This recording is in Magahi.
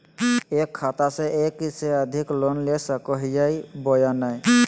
एक खाता से एक से अधिक लोन ले सको हियय बोया नय?